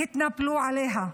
התנפלו עליה,